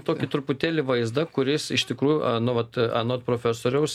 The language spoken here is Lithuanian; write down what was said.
tokį truputėlį vaizdą kuris iš tikrųjų nu vat anot profesoriaus